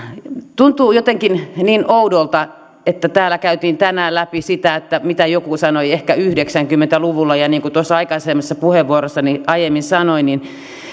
tuntuu jotenkin niin oudolta että täällä käytiin tänään läpi sitä mitä joku sanoi ehkä yhdeksänkymmentä luvulla ja niin kuin tuossa aikaisemmassa puheenvuorossani sanoin